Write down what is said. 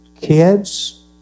kids